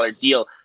deal